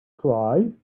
cry